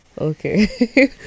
Okay